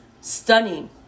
stunning